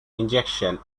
injection